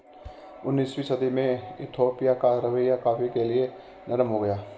उन्नीसवीं सदी में इथोपिया का रवैया कॉफ़ी के लिए नरम हो गया